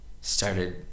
started